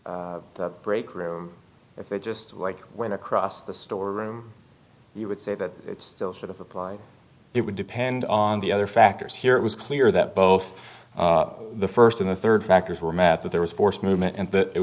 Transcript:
store breakroom if it just like went across the store room you would say that it's still sort of applying it would depend on the other factors here it was clear that both the st and the rd factors were mad that there was forced movement and that it